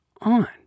on